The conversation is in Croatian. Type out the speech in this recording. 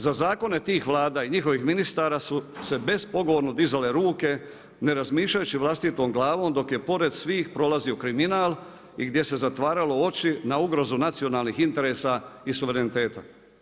Za zakone tih Vlada i njihovih ministara su se bezpogovorno dizale ruke ne razmišljajući vlastitom glavom dok je pored svih prolazio kriminal i gdje se zatvaralo oči na ugrozu nacionalnih interesa i suvereniteta.